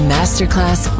Masterclass